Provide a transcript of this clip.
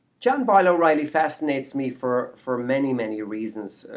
john boyle o'reilly fascinates me for for many, many reasons.